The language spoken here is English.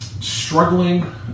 struggling